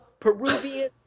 Peruvian